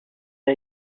n’a